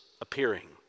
appearing